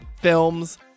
films